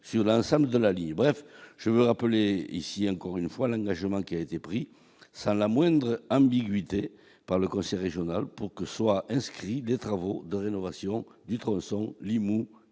sur l'ensemble de la ligne, bref je veux rappeler ici, encore une fois l'engagement qui a été pris, ça la moindre ambiguïté par le conseil régional pour que soit inscrit des travaux de rénovation du tronçon Limoux,